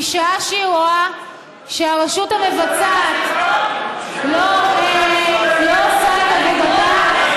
משעה שהיא רואה שהרשות המבצעת לא עושה את עבודתה,